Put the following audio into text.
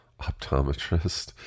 optometrist